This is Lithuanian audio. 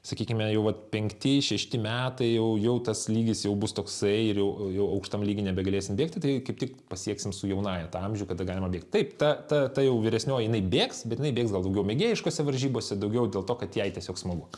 sakykime jau vat penkti šešti metai jau jau tas lygis jau bus toksai ir jau jau aukštam lygy nebegalėsim bėgti tai kaip tik pasieksim su jaunąja tą amžių kada galima bėgt taip ta ta ta jau vyresnioji jinai bėgs bet jinai bėgs gal daugiau mėgėjiškose varžybose daugiau dėl to kad jai tiesiog smagu